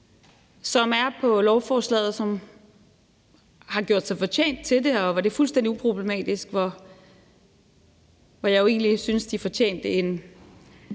som er på lovforslaget, som har gjort sig fortjent til det, og hvor det er fuldstændig uproblematisk. Der synes jeg jo egentlig, de fortjente en